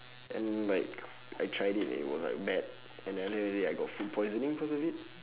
and like I tried it and it was like bad and at the end of the day I got food poisoning because of it